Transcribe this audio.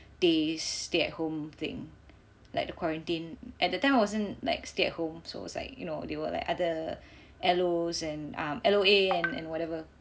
days stay at home thing like the quarantine at that time wasn't like stay at home so it's like you know they were like other L_Os and um L_O_As and whatever